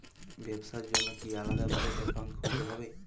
ব্যাবসার জন্য কি আলাদা ভাবে অ্যাকাউন্ট খুলতে হবে?